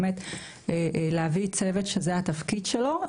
אלא להביא צוות שזה התפקיד שלו.